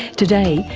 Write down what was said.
today,